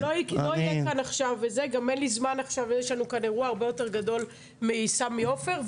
יש לנו כאן אירוע הרבה יותר גדול מסמי עופר.